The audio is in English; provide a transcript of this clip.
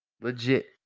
Legit